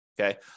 okay